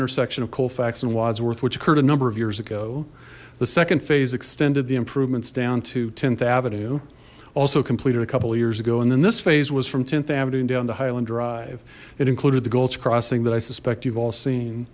intersection of colfax and wodsworth which occurred a number of years ago the second phase extended the improvements down to tenth avenue also completed a couple of years ago and then this phase was from tenth avenue down to highland drive it included the gulch crossing that i suspect you've all seen